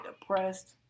depressed